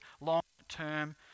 long-term